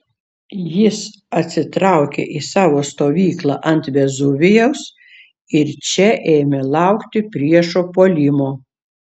jis atsitraukė į savo stovyklą ant vezuvijaus ir čia ėmė laukti priešo puolimo